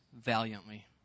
valiantly